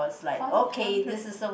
five hundred